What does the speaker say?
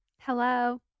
Hello